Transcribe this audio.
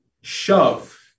shove